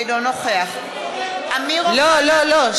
אינו נוכח לא, לא, לא.